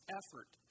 effort